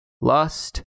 lust